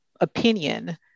opinion